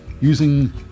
using